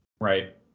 Right